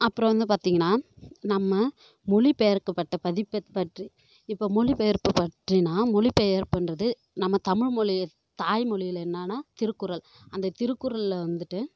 அப்புறோம் வந்து பார்த்திங்கனா நம்ம மொழி பெயர்க்கப்பட்ட பதிப்பு பற்றி இப்போ மொழி பெயர்ப்பு பற்றினா மொழி பெயர்ப்புன்றது நம்ம தமிழ் மொழியை தாய் மொழியில் என்னானா திருக்குறள் அந்த திருக்குறளில் வந்துட்டு